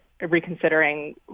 reconsidering